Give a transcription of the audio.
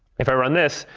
if i run this,